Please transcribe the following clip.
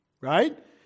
right